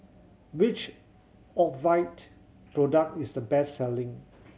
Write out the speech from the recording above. which Ocuvite product is the best selling